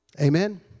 Amen